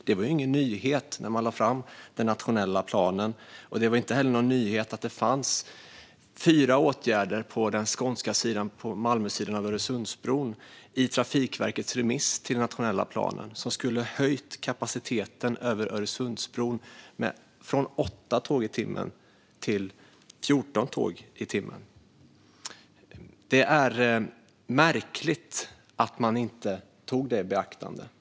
Det här var ingen nyhet när man lade fram den nationella planen. Det var heller ingen nyhet att det fanns fyra åtgärder på Malmösidan av Öresundsbron i Trafikverkets remiss till den nationella planen som skulle ha höjt kapaciteten över Öresundsbron från 8 till 14 tåg i timmen. Det är märkligt att man inte tog det i beaktande.